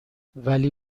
ولی